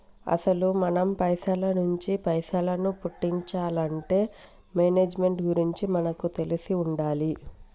అసలు మనం పైసల నుంచి పైసలను పుట్టించాలంటే మేనేజ్మెంట్ గురించి మనకు తెలిసి ఉండాలి